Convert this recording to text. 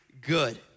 good